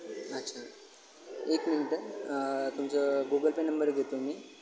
अच्छा एक मिनटं तुमचं गुगल पे नंबर घेतो मी